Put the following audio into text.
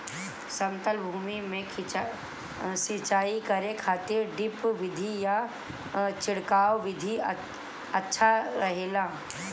समतल भूमि में सिंचाई करे खातिर ड्रिप विधि या छिड़काव विधि अच्छा रहेला?